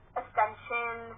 ascension